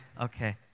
Okay